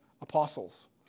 apostles